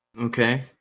Okay